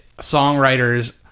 songwriters –